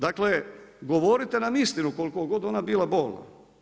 Dakle, govorite nam istinu, koliko god ona bila bolna.